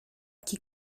qui